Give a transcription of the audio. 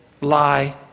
lie